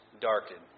darkened